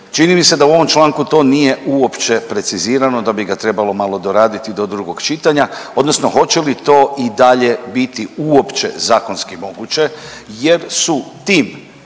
čini mi se da u ovom članku to nije uopće precizirano da bi ga trebalo malo doraditi do drugog čitanja odnosno hoće li to i dalje biti uopće zakonski moguće jer su tim